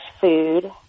food